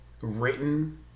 Written